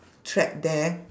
track there